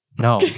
No